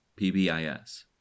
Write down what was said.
PBIS